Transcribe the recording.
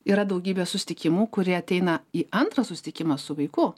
yra daugybė susitikimų kurie ateina į antrą susitikimą su vaiku